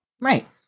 Right